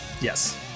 Yes